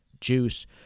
juice